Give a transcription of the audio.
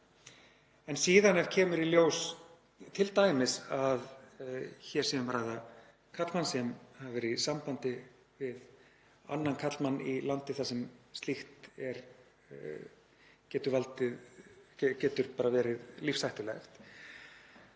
En síðan ef kemur í ljós t.d. að hér sé um að ræða karlmann sem hafi verið í sambandi við annan karlmann í landi þar sem slíkt getur verið lífshættulegt